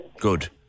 good